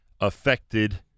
affected